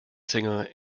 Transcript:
single